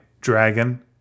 Dragon